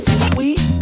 sweet